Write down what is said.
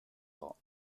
law